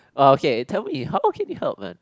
oh okay tell me how can you help man